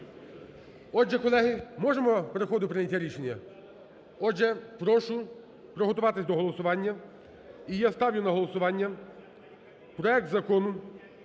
Отже, колеги, можемо переходити до прийняття рішення? Отже, прошу приготуватись до голосування і я ставлю на голосування проект Закону